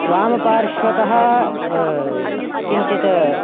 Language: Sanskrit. वामपार्श्वतः किञ्चित्